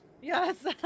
Yes